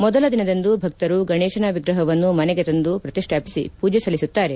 ಮೊದಲ ದಿನದಂದು ಭಕ್ತರು ಗಣೇಶನ ವಿಗ್ರಹವನ್ನು ಮನೆಗೆ ತಂದ ಪ್ರತಿಷ್ನಾಪಿಸಿ ಪೂಜೆ ಸಲ್ಲಿಸುತ್ತಾರೆ